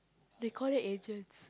they call it agents